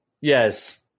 Yes